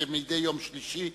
כמדי יום שלישי,